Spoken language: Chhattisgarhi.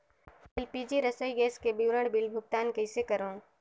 एल.पी.जी रसोई गैस के विवरण बिल भुगतान कइसे करों?